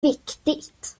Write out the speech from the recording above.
viktigt